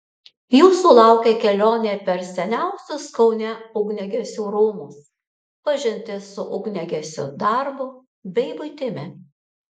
jūsų laukia kelionė per seniausius kaune ugniagesių rūmus pažintis su ugniagesiu darbu bei buitimi